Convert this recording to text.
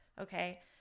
okay